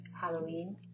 Halloween